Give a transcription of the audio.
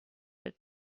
der